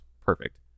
perfect